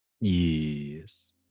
Yes